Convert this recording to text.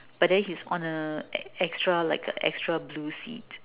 but then he is on a ex~ extra like a extra blue seat